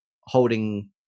holding